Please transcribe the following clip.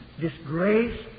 disgrace